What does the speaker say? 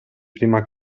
prima